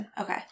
Okay